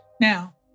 Now